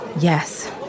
Yes